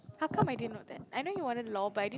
how come I didn't know that I know you wanted law but I didn't